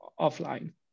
offline